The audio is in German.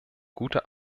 gute